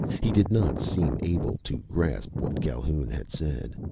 he did not seem able to grasp what calhoun had said.